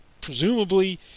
presumably